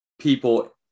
people